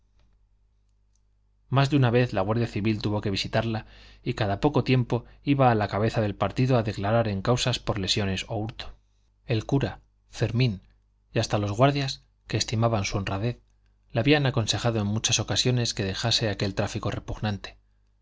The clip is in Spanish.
más de una vez la guardia civil tuvo que visitarla y cada poco tiempo iba a la cabeza del partido a declarar en causa por lesiones o hurto el cura fermín y hasta los guardias que estimaban su honradez la habían aconsejado en muchas ocasiones que dejase aquel tráfico repugnante